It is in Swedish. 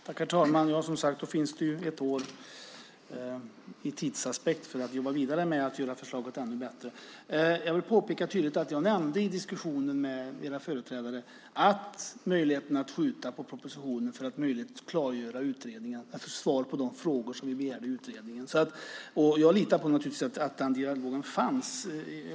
Herr talman! Då finns det ett år för att jobba vidare med att göra förslaget ännu bättre. Jag vill tydligt påpeka att jag i diskussionen med era företrädare nämnde möjligheten att skjuta på propositionen för att få svar på de frågor som vi ställde i utredningen. Jag litade naturligtvis på att den dialogen fanns.